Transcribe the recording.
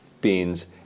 beans